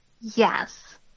Yes